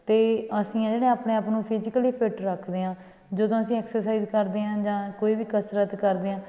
ਅਤੇ ਅਸੀਂ ਹਾਂ ਜਿਹੜੇ ਆਪਣੇ ਆਪ ਨੂੰ ਫਿਜੀਕਲੀ ਫਿਟ ਰੱਖਦੇ ਹਾਂ ਜਦੋਂ ਅਸੀਂ ਐਕਸਰਸਾਈਜ਼ ਕਰਦੇ ਹਾਂ ਜਾਂ ਕੋਈ ਵੀ ਕਸਰਤ ਕਰਦੇ ਹਾਂ